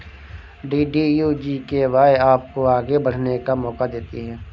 DDU GKY आपको आगे बढ़ने का मौका देती है